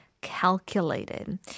calculated